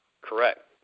Correct